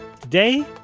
Today